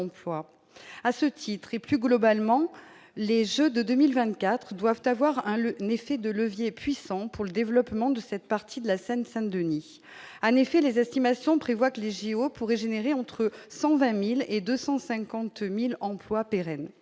à ce titre, et plus globalement les Jeux de 2024 doivent avoir un le n'effet de levier puissant pour le développement de cette partie de la Seine-Saint-Denis, un effet les estimations prévoient que les JO pourraient générer entre 120000 et 250000 emplois pérennes